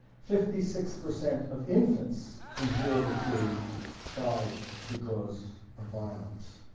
fifty six percent of infants from zero to three died because of violence.